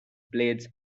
blades